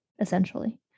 essentially